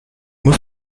muss